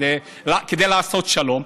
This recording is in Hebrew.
רק כדי לעשות שלום,